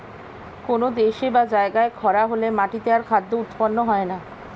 কোন দেশে বা জায়গায় খরা হলে মাটিতে আর খাদ্য উৎপন্ন হয় না